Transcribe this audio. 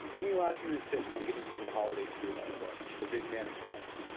any last minute tips on getting into the holiday spirit from the the big man himself?